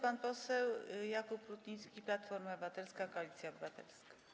Pan poseł Jakub Rutnicki, Platforma Obywatelska - Koalicja Obywatelska.